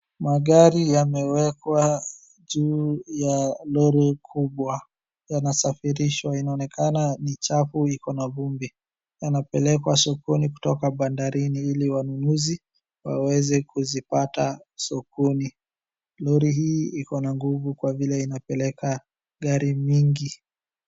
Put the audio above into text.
Magari yamewekwa juu ya lori kubwa yanasafirishwa. Inaonekana ni chafu iko na vumbi. Yanapelekwa sokoni kutoka bandarini ili wanunuzi waweze kuzipata sokoni. Lori hii iko na nguvu kwa vile inapeleka gari mingi.